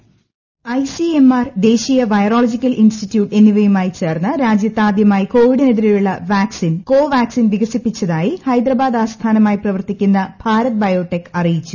voice I C M R ദേശീയ virological institute എന്നിവയുമായി ചേർന്ന് രാജ്യത്താദ്യമായി കോവിഡിനെതിരെയുള്ള വാക്സിൻ കോവാക്സിൻ വികസിപ്പിച്ചതായി ഹൈദരാബാദ് ആസ്ഥാനമായി പ്രവർത്തിക്കുന്ന ഭാരത് ബയോടെക്ക് അറിയിച്ചു